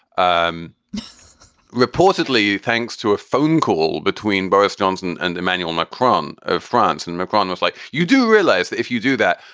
um reportedly, thanks to a phone call between boris johnson and emmanuel macron of france, and macron was like, you do realise that if you do that,